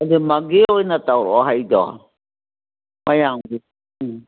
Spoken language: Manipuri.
ꯑꯗꯣ ꯃꯪꯒꯦ ꯑꯣꯏꯅ ꯇꯧꯔꯛꯑꯣ ꯍꯩꯗꯣ ꯈꯔ ꯌꯥꯝ ꯎꯝ